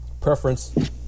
preference